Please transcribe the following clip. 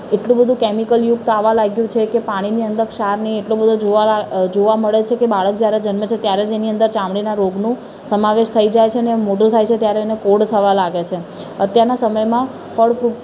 એટલું બધું કૅમિકલયુક્ત આવવા લાગ્યું છે કે પાણીની અંદર ક્ષાર ને એટલો બધો જોવાળા જોવા મળે છે કે બાળક જયારે જન્મે છે ત્યારે જ એની અંદર ચામડીના રોગનું સમાવેશ થઇ જાય છે અને મોટો થાય છે ત્યારે એને કોઢ થવા લાગે છે અત્યારના સમયમાં ફળ ફ્રૂટ